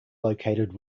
located